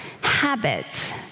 habits